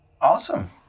Awesome